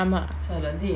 ஆமா:aama